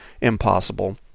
impossible